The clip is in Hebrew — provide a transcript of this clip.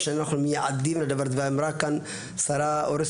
גם בעמותות